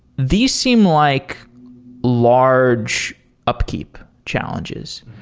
these seem like large upkeep challenges.